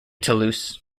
toulouse